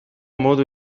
modu